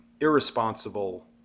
irresponsible